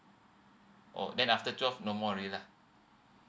oh then after twelve no more already lah